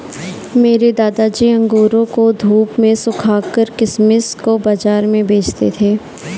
मेरे दादाजी अंगूरों को धूप में सुखाकर किशमिश को बाज़ार में बेचते थे